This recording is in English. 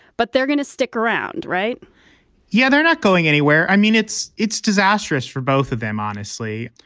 but they're going to stick around. right yeah. they're not going anywhere. i mean, it's it's disastrous for both of them, honestly,